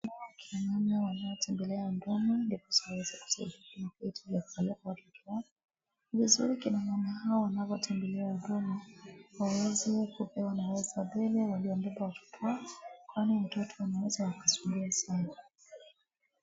Naona wakina mama wanaotembelea huduma ndiposa waweze kusaidika na vyeti vya kupeleka watoto wao, ni vizuri kina mama hao wanapotembelea huduma waweze kupewa vile wanaweza kupewa watoto wao kwani mtoto anaweza akasumbua sana.